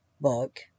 Book